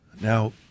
Now